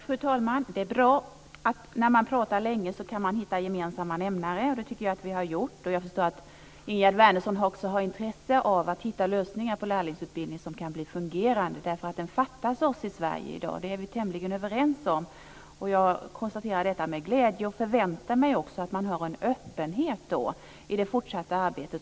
Fru talman! När man pratar länge kan man hitta gemensamma nämnare, och det tycker jag att vi har gjort. Jag förstår att Ingegerd Wärnesson också har intresse av att hitta en lösning för lärlingsutbildningen så att den fungerar. Det fattas en sådan i Sverige i dag, det är vi tämligen överens om. Jag konstaterar detta med glädje, och jag förväntar mig också att man har en öppenhet i det fortsatta arbetet.